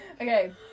Okay